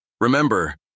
Remember